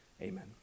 Amen